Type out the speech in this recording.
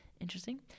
Interesting